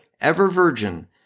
ever-Virgin